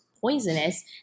poisonous